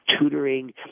tutoring